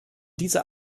diese